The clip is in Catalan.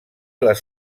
les